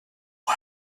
moi